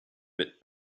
bit